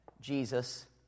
Jesus